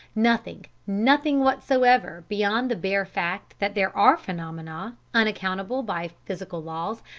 nothing nothing whatsoever, beyond the bare fact that there are phenomena, unaccountable by physical laws,